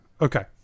Okay